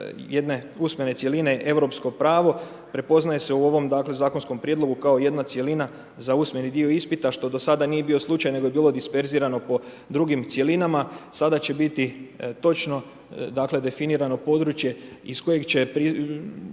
jedne usmene cjeline europsko pravo, prepoznaje se u ovom zakonskom prijedlogu, kao jedna cjelina, za usmeni dio ispita, što do sad nije bio slučaj, nego je bilo disperzirano po drugim cjelinama, sada će biti točno definirano područje iz kojeg će